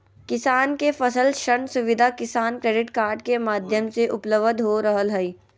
किसान के फसल ऋण सुविधा किसान क्रेडिट कार्ड के माध्यम से उपलब्ध हो रहल हई